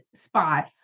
spot